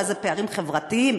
מה זה פערים חברתיים.